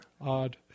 odd